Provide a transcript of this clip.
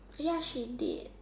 ya she did